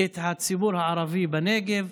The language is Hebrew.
את הציבור הערבי בנגב,